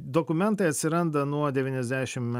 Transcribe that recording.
dokumentai atsiranda nuo devyniasdešim